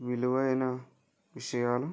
విలువైన విషయాలు